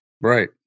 Right